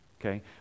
okay